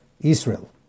Israel